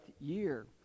year